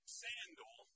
sandal